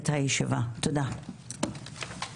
הישיבה ננעלה בשעה 12:05.